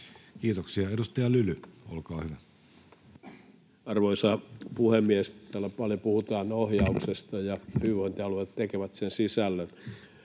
Kiitoksia. — Edustaja Lyly, olkaa hyvä. Arvoisa puhemies! Täällä paljon puhutaan ohjauksesta, ja hyvinvointialueet tekevät sen sisällön.